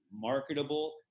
marketable